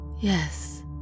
Yes